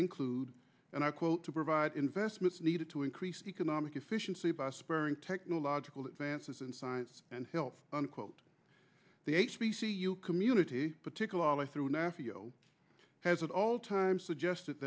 include and i quote to provide investments needed to increase economic efficiency by sparing technological advances in science and health unquote the h b c you community particularly through an f b o has at all times suggested